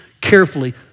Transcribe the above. carefully